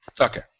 Okay